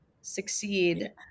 succeed